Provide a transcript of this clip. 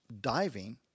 diving